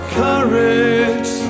courage